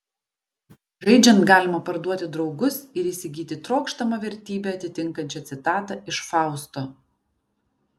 žaidžiant galima parduoti draugus ir įsigyti trokštamą vertybę atitinkančią citatą iš fausto